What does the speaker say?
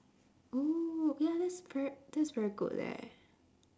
oh ya that's ve~ that's very good leh